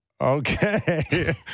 okay